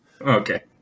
Okay